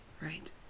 right